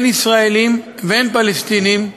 הן ישראלים והן פלסטינים,